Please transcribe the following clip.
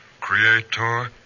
creator